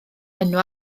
enw